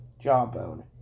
jawbone